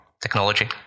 Technology